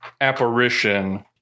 apparition